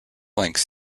links